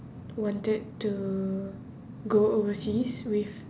wanted to go overseas with